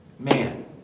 Man